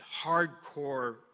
hardcore